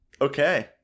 Okay